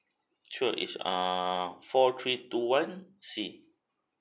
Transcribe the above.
sure is err four three two one C